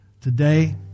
today